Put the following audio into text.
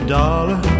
dollar